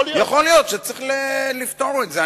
יכול להיות שצריך לפתור את זה.